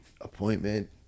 Appointment